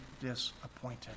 disappointed